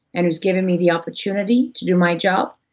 and who's giving me the opportunity to do my job,